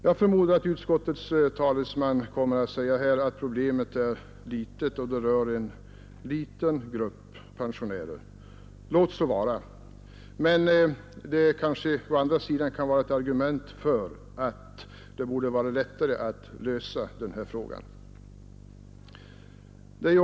Jag förmodar att utskottets talesman kommer att säga att problemet är litet och att det rör en liten grupp pensionärer. Låt så vara. Men det kanske kan vara ett argument för att det borde vara lättare att lösa denna fråga.